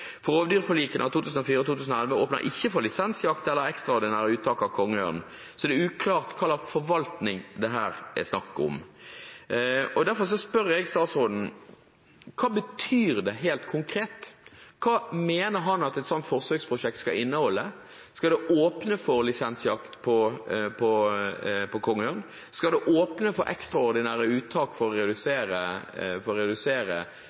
Rovdyrforlikene av 2004 og 2011 åpner ikke for lisensjakt eller ekstraordinære uttak av kongeørn, så det er uklart hva slags forvaltning dette er snakk om. Derfor spør jeg statsråden: Hva betyr det helt konkret? Hva mener han at et slikt forsøksprosjekt skal inneholde? Skal det åpne for lisensjakt på kongeørn? Skal det åpne for ekstraordinære uttak for å redusere